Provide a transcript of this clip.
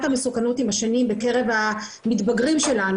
המסוכנות לאורך השנים בקרב המתבגרים שלנו,